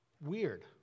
weird